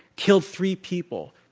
killed three people,